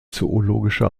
zoologische